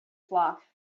flock